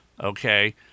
okay